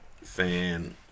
Fan